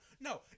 No